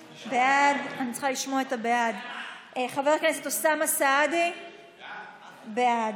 בעד, חבר הכנסת אוסאמה סעדי, בעד.